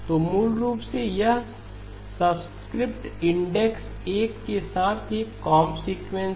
तो मूल रूप से यह सबस्क्रिप्ट इंडेक्स 1 के साथ एक कोंब सीक्वेंस है